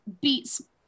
beats